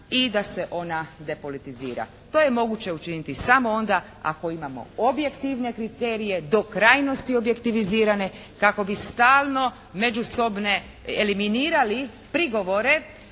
i da se ona depolitizira. To je moguće učiniti samo onda ako imamo objektivne kriterije, do krajnosti objektivizirane kako bi stalno međusobne eliminirali prigovore